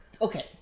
okay